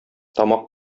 тамак